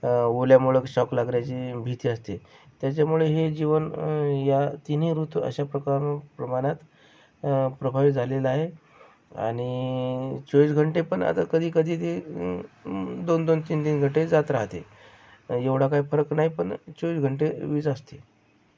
ओल्यामुळे shock लागण्याची भीती असते त्याच्यामुळे हे जीवन या तिन्ही ऋतू अशा प्रकारे प्रमाणात प्रभावित झालेलं आहे आणि चोवीस घंटे पण आता कधीकधी ते दोन दोन तीन तीन घंटे जात राहते एवढा काय फरक नाही पण चोवीस घंटे वीज असते